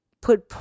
put